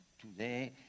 today